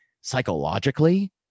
psychologically